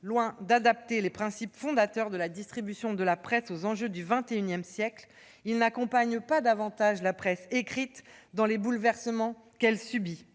Loin d'adapter les principes fondateurs de la distribution de la presse aux enjeux du XXI siècle, il n'accompagne pas davantage la presse écrite dans les bouleversements qu'elle subit.